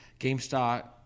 GameStop